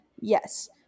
Yes